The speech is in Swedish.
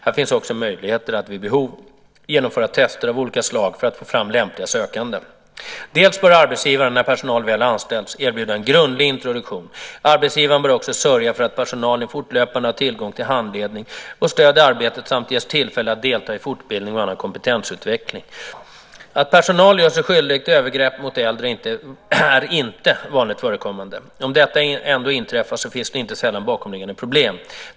Här finns också möjligheter att vid behov genomföra test av olika slag för att få fram lämpliga sökande. Dels bör arbetsgivaren, när personal väl har anställts, erbjuda en grundlig introduktion. Arbetsgivaren bör också sörja för att personalen fortlöpande har tillgång till handledning och stöd i arbetet samt ges tillfällen att delta i fortbildning och annan kompetensutveckling. Att personal gör sig skyldig till övergrepp mot äldre är inte vanligt förekommande. Om detta ändå inträffar finns det inte sällan bakomliggande problem.